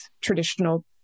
traditional